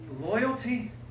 loyalty